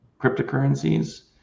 cryptocurrencies